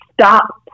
stop